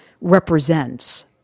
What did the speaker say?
Represents